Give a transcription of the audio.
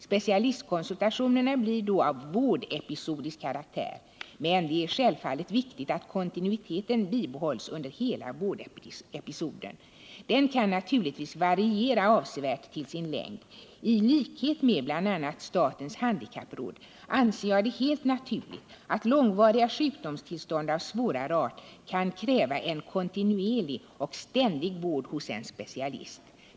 Specialistkonsultationerna blir då av vårdepisodisk karaktär. Men det är självfallet viktigt att kontinuiteten bibehålls under hela vårdepisoden. Den kan naturligtvis variera avsevän till sin längd. I likhet med bl.a. statens handikappråd anser jag det helt naturligt att långvariga sjukdomstillstånd av svårare art kan kräva en kontinuerlig och ständig vård hos en specialist.